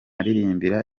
anaririmba